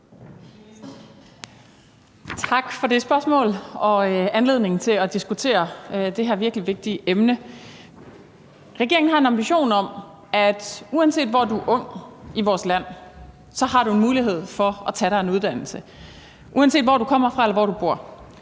Tak for det spørgsmål og for anledningen til at diskutere det her virkelig vigtige emne. Regeringen har en ambition om, at uanset hvor du er ung i vores land, har du en mulighed for at tage dig en uddannelse – uanset hvor du kommer fra eller hvor du bor.